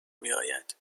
میآید